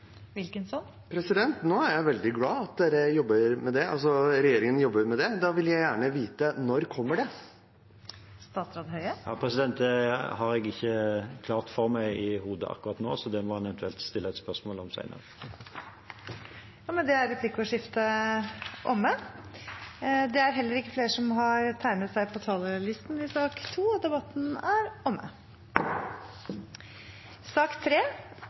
Nå ble jeg veldig glad for at dere, altså regjeringen, jobber med det! Da vil jeg gjerne vite: Når kommer det? Det har jeg ikke klart for meg i hodet akkurat nå, så det må en eventuelt stille et spørsmål om senere. Replikkordskiftet er omme. Flere har ikke bedt om ordet til sak nr. 2. Etter ønske fra helse- og omsorgskomiteen vil presidenten ordne debatten